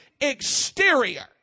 exterior